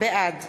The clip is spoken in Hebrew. בעד